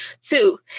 Two